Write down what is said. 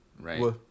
Right